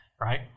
Right